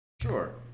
Sure